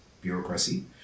bureaucracy